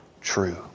true